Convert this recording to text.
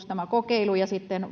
tämä kokeilu ja sitten